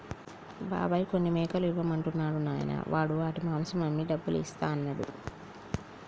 బాబాయ్ కొన్ని మేకలు ఇవ్వమంటున్నాడు నాయనా వాడు వాటి మాంసం అమ్మి డబ్బులు ఇస్తా అన్నాడు